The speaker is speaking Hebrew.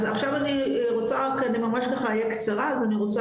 אז עכשיו אני רוצה רק אני ממש ככה יהיה קצרה אז אני רוצה